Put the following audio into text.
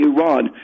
Iran